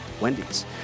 Wendy's